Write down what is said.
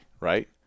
right